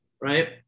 right